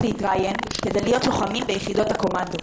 להתראיין כדי להיות לוחמים ביחידות הקומנדו,